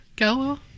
Go